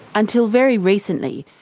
until very recently,